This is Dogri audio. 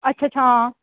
अच्छा अच्छा आं